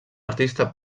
artista